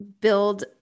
build